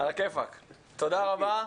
תודה רבה.